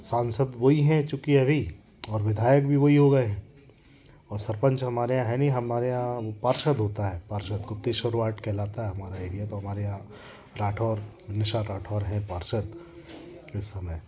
सांसद वही है चूंकि अभी और विधायक भी वही हो गए और सरपंच हमारे यहाँ है नहीं हमारे हमारे यहाँ पार्षद होता है पार्षद गुप्तेश्वर वार्ड कहलाता है हमारा एरिया हमारे यहाँ राठौर निशा राठौर है पार्षद इस समय